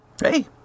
Hey